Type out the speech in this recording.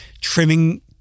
trimming